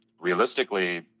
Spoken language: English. Realistically